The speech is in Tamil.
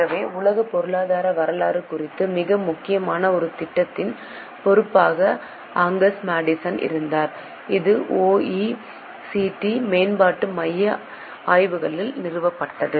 ஆகவே உலக பொருளாதார வரலாறு குறித்த மிக முக்கியமான ஒரு திட்டத்தின் பொறுப்பாக அங்கஸ் மேடிசன் இருந்தார் இது ஓஇசிடி மேம்பாட்டு மைய ஆய்வுகளால் நிறுவப்பட்டது